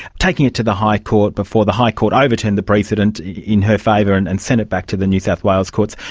taking it to the high court before the high court overturned the precedent in her favour and and sent back to the new south wales courts.